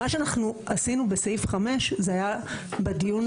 מה שאנחנו עשינו בסעיף 5 זה היה בדיון,